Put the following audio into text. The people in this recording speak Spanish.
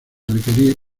requerir